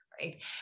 right